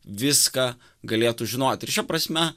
viską galėtų žinoti ir šia prasme